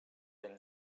than